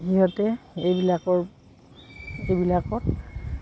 সিহঁতে এইবিলাকৰ এইবিলাকত